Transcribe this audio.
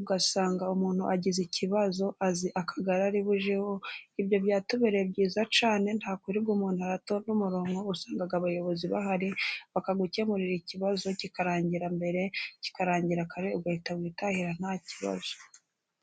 ugasanga umuntu agize ikibazo azi akagari ari bujyeho, ibyo byatubereye byiza cyane, nta kwirirwa umuntu aratonda n'umurongo, usanga abayobozi bahari bakagukemurira ikibazo kikarangira mbere kikarangira kare ugahita witahira nta kibazo.